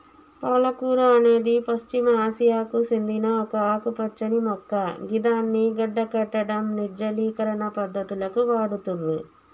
పాలకూర అనేది పశ్చిమ ఆసియాకు సేందిన ఒక ఆకుపచ్చని మొక్క గిదాన్ని గడ్డకట్టడం, నిర్జలీకరణ పద్ధతులకు వాడుతుర్రు